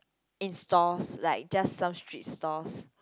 in stalls like just some street stalls